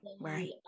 right